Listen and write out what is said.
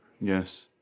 Yes